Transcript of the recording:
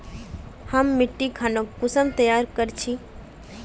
हम मिट्टी खानोक कुंसम तैयार कर छी?